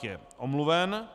Je omluven.